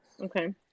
Okay